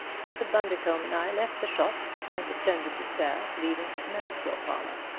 mr. bundercombe and i left the shop and ascended the stairs leading to the manicure parlor.